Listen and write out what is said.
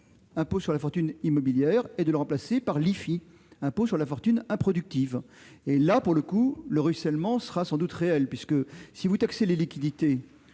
l'impôt sur la fortune immobilière, et en le remplaçant par l'IFI, l'impôt sur la fortune improductive, pour le coup, le ruissellement sera sans doute réel. En effet, si l'on taxe les liquidités